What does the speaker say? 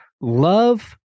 love